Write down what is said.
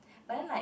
but then like